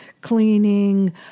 cleaning